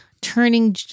turning